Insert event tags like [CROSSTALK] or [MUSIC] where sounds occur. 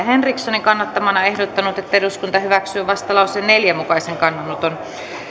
[UNINTELLIGIBLE] henrikssonin kannattamana ehdottanut että eduskunta hyväksyy vastalauseen neljän mukaisen kannanoton